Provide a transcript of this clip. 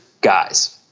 guys